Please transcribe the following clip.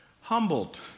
Humbled